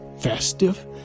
festive